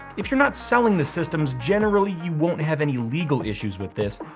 if you're not selling the systems, generally, you won't have any legal issues with this,